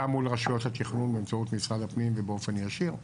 גם מול רשויות התכנון באמצעות משרד הפנים ובאופן ישיר,